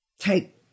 take